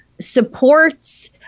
supports